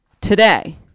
today